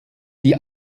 die